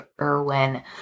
Irwin